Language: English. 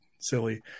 silly